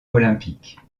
olympique